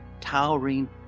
towering